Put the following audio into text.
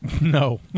No